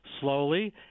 Slowly